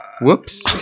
Whoops